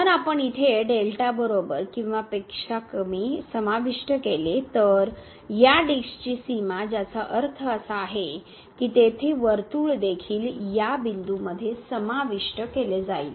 जर आपण इथे बरोबर किंवा पेक्षा कमी समाविष्ट केले तर या डिस्कची सीमा ज्याचा अर्थ असा आहे कि तेथे वर्तुळ देखील या बिंदूमध्ये समाविष्ट केले जाईल